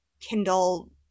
Kindle